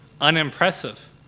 unimpressive